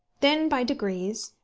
then, by degrees,